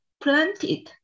planted